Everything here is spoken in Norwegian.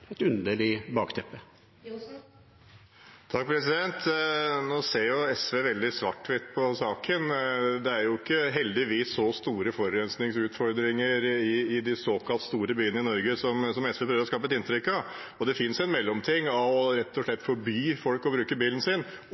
Nå ser SV veldig svart-hvitt på saken. Det er heldigvis ikke så store forurensingsutfordringer i de såkalt store byene i Norge som SV prøver å skape et inntrykk av. Og det finnes en mellomting mellom det å rett og slett forby folk å bruke bilen sin